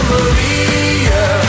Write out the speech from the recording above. Maria